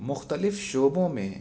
مختلف شعبوں میں